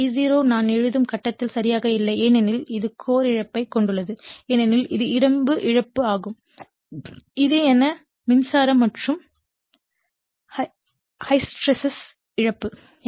இந்த I0 நான் எழுதும் கட்டத்தில் சரியாக இல்லை ஏனெனில் இது கோர் இழப்பைக் கொண்டுள்ளது ஏனெனில் இது இரும்பு இழப்பு ஆகும் இது எடி மின்சாரம் மற்றும் ஹிஸ்டெரெசிஸ் இழப்பு